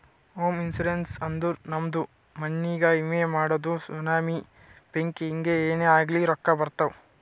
ಹೋಮ ಇನ್ಸೂರೆನ್ಸ್ ಅಂದುರ್ ನಮ್ದು ಮನಿಗ್ಗ ವಿಮೆ ಮಾಡದು ಸುನಾಮಿ, ಬೆಂಕಿ ಹಿಂಗೆ ಏನೇ ಆಗ್ಲಿ ರೊಕ್ಕಾ ಬರ್ತಾವ್